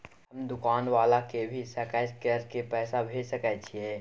हम दुकान वाला के भी सकय कर के पैसा भेज सके छीयै?